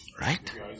right